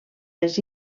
les